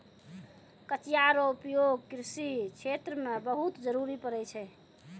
कचिया रो उपयोग कृषि क्षेत्र मे बहुत जरुरी पड़ै छै